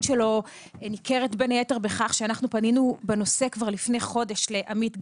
שלו ניכרת בין היתר בכך שאנחנו פנינו בנושא כבר לפני חודש לעמית גל,